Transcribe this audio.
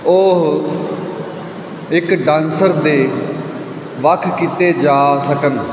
ਉਹ ਇੱਕ ਡਾਂਸਰ ਦੇ ਵੱਖ ਕੀਤੇ ਜਾ ਸਕਣ